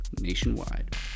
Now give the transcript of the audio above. nationwide